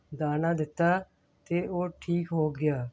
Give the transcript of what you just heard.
ਦਾਣਾ ਦਿੱਤਾ ਅਤੇ ਉਹ ਠੀਕ ਹੋ ਗਿਆ